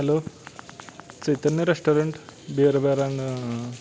hello Chaitanya restaurant beer bar अँण